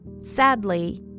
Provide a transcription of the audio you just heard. Sadly